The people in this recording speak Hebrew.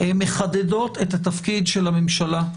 מחדדות את התפקיד של הממשלה,